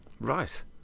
right